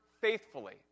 faithfully